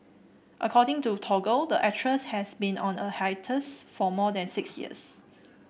according to Toggle the actress has been on a hiatus for more than six years